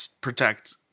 protect